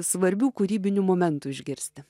svarbių kūrybinių momentų išgirsti